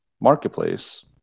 marketplace